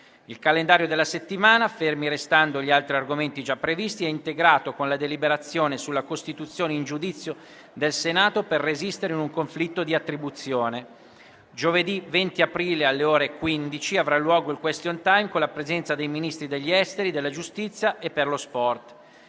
Il calendario della settimana, fermi restando gli altri argomenti già previsti, è integrato con la deliberazione sulla costituzione in giudizio del Senato per resistere in un conflitto di attribuzione. Giovedì 20 aprile, alle ore 15, avrà luogo il *question time*, con la presenza dei Ministri degli affari esteri, della giustizia e per lo sport.